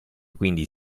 quindi